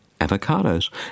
avocados